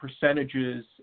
percentages